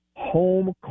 Home